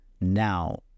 now